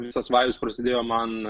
visas vajus prasidėjo man